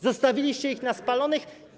Zostawiliście ich na spalonych.